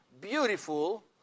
beautiful